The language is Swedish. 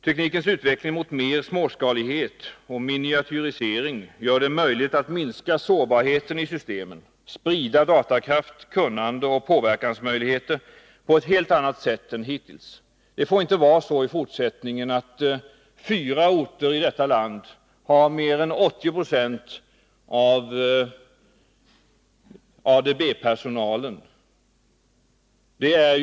Teknikens utveckling mot mer småskalighet och miniatyrisering gör det möjligt att minska sårbarheten i systemen, sprida datakraft, kunnande och påverkansmöjligheter på ett helt annat sätt än hittills. Det får i fortsättningen inte vara så att fyra orter i detta land har mer än 80 96 av den statliga sektorns ADB-personal.